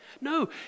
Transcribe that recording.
No